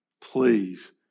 Please